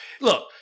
look